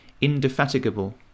indefatigable